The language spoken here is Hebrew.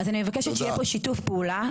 אני מבקשת שיהיה שיתוף פעולה.